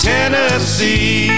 Tennessee